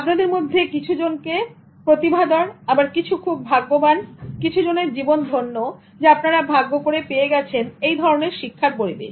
আপনাদের মধ্যে কিছু জনকে প্রতিভাধর আবার কিছু খুব ভাগ্যবান কিছু জনের জীবন ধন্য আপনার ভাগ্য করে পেয়ে গেছেন এই ধরনের শিক্ষার পরিবেশ